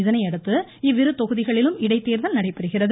இதையடுத்து இவ்விருதொகுதிகளிலும் இடைத்தேர்தல் நடைபெறுகிறது